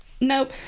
Nope